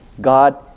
God